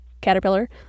caterpillar